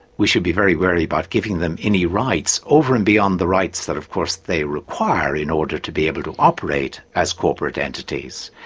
we should be very wary about giving them any rights over and beyond the rights that of course they require in order to be able to operate as corporate entities.